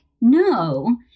no